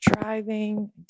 driving